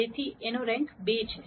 તેથી A નો rank 2 છે